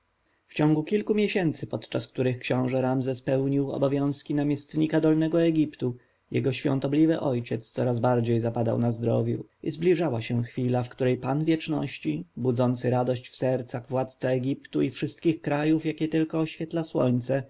ciągu kilku miesięcy podczas których książę ramzes pełnił obowiązki namiestnika dolnego egiptu jego świątobliwy ojciec coraz bardziej zapadał na zdrowiu i zbliżała się chwila w której pan wieczności budzący radość w sercach władca egiptu i wszystkich krajów jakie tylko oświetla słońce